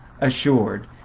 assured